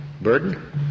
burden